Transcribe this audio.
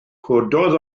cododd